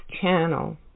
channel